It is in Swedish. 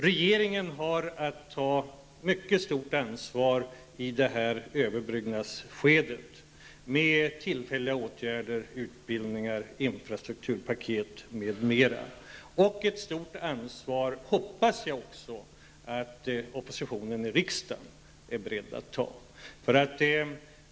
Regeringen har att ta ett mycket stort ansvar under detta överbryggningsskede med tillfälliga åtgärder, utbildning, infrastrukturpaket, m.m. Jag hoppas också att oppositionen i riksdagen är beredd att ta ett stort ansvar.